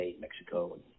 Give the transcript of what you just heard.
Mexico